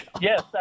Yes